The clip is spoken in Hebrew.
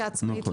כעצמאית,